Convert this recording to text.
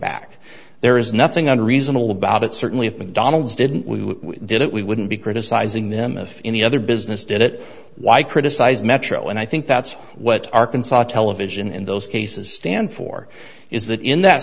back there is nothing on reasonable about it certainly if mcdonald's didn't we did it we wouldn't be criticizing them if any other business did it why criticize metro and i think that's what arkansas television in those cases stand for is that in that